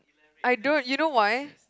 I don't you know why